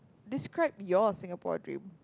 describe your Singapore dream